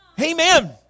Amen